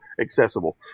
accessible